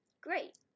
great